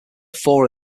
four